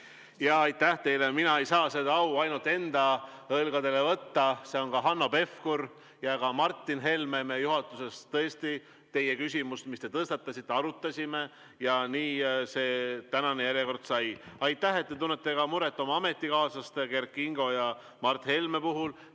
Aitäh teile! Mina ei saa seda au ainult enda õlgadele võtta, seal olid ka Hanno Pevkur ja Martin Helme. Me juhatuses tõesti teie küsimust, mis te tõstatasite, arutasime ja nii see tänane järjekord sai. Aitäh, et te tunnete muret ka oma ametikaaslaste Kert Kingo ja Mart Helme pärast!